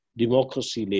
democracy